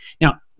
Now